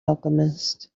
alchemist